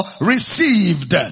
received